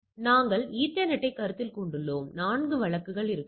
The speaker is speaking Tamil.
எனவே சோதனை புள்ளிவிவரங்களிலிருந்து நமக்கு கிடைக்கிறது